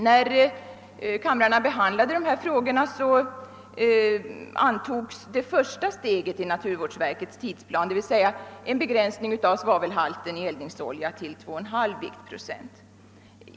När kamrarna behandlade ärendet godkändes det första steget i naturvårdsverkets tidsplan, d.v.s. en begränsning av svavelhalten i eldningsolja till 2,5 viktprocent.